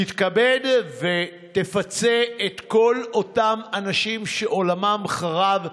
תתכבד ותפצה את כל אותם אנשים שעולמם חרב.